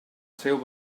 seu